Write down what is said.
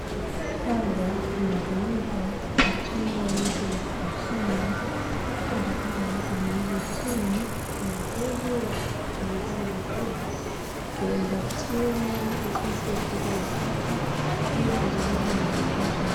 Panga linatumika kuchimba vitu vilivyo chini, kukata kata vitu vilivyo chini ni vizuri wakati tunaguzana na vitu hivi tuzingatie jinsi ya kuweza kukata ili tusiweze kujikata.